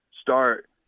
start